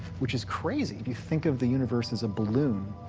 which is crazy. if you think of the universe as a balloon,